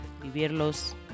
vivirlos